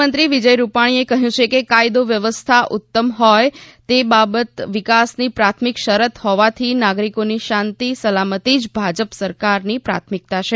મુખ્યમંત્રી વિજય રૂપાણીએ કહ્યું છે કે કાયદો વ્યવસ્થા ઉત્તમ હોય તે બાબત વિકાસની પ્રાથમિક શરત હોવાથી નાગરિકોની શાંતિ સલામતીજ ભાજપ સરકારની પ્રાથમિક્તા છે